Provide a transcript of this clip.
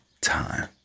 time